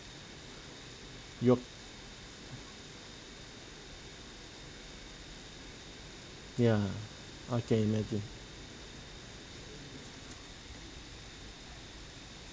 your ya I can imagine